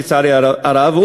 לצערי הרב,